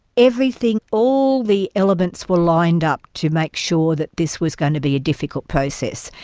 everything, all the elements were lined up to make sure that this was going to be a difficult process.